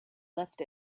left